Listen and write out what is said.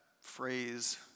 phrase